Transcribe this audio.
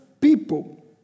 people